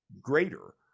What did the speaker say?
greater